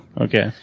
Okay